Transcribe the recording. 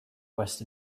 west